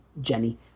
Jenny